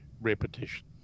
repetition